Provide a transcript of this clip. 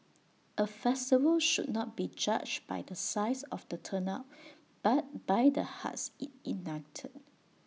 A festival should not be judged by the size of the turnout but by the hearts IT ignited